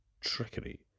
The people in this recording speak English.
trickery